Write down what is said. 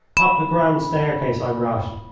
up the grand staircase i rushed,